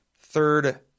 Third